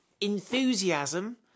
enthusiasm